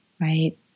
right